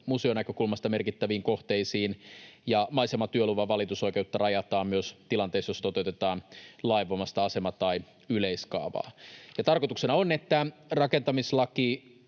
museonäkökulmasta merkittäviin kohteisiin, ja maisematyöluvan valitusoikeutta rajataan myös tilanteissa, joissa toteutetaan lainvoimaista asema- tai yleiskaavaa. Tarkoituksena on, että rakentamislaki